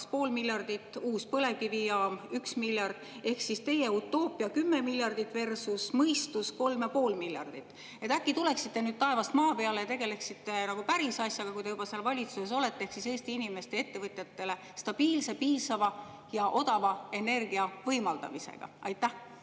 2,5 miljardit, uus põlevkivijaam – 1 miljard. Ehk teie utoopia 10 miljarditversusmõistus 3,5 miljardit. Äkki tuleksite nüüd taevast maa peale ja tegeleksite nagu päris asjaga, kui te juba seal valitsuses olete, ehk Eesti inimestele ja ettevõtjatele stabiilse, piisava ja odava energia võimaldamisega? Aitäh,